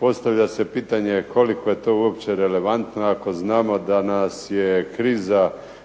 Postavlja se pitanje koliko je to uopće relevantno ako znamo da nas je kriza